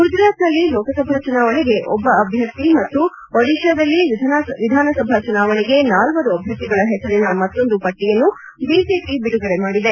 ಗುಜರಾತ್ನಲ್ಲಿ ಲೋಕಸಭಾ ಚುನಾವಣೆಗೆ ಒಬ್ಬ ಅಭ್ಯರ್ಥಿ ಮತ್ತು ಒದಿಶಾದಲ್ಲಿ ವಿಧಾನಸಭಾ ಚುನಾವಣೆಗೆ ನಾಲ್ಲರು ಅಭ್ಯರ್ಥಿಗಳ ಹೆಸರಿನ ಮತ್ತೊಂದು ಪಟ್ಟಿಯನ್ನು ಬಿಜೆಪಿ ಬಿದುಗಡೆ ಮಾಡಿದೆ